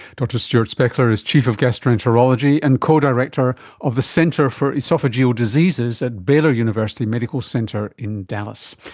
dr stuart spechler is chief of gastroenterology and co-director of the center for oesophageal diseases at baylor university medical centre in dallas.